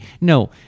No